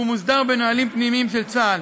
והוא מוסדר בנהלים פנימיים של צה"ל.